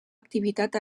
activitat